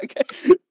Okay